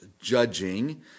judging